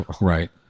Right